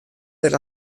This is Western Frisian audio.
dêr